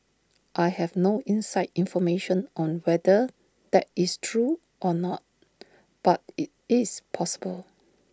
I have no inside information on whether that is true or not but IT is possible